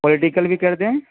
political بھی کردیں